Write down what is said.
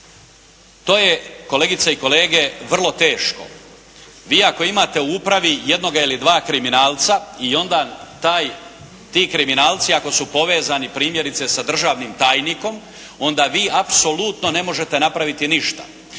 To je kolegice i kolege vrlo teško. Vi ako imate u upravi jednoga ili dva kriminalca i onda ti kriminalci ako su povezani primjerice sa državnim tajnikom, onda vi apsolutno ne možete napraviti ništa.